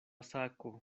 sako